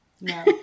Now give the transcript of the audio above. No